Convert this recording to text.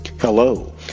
Hello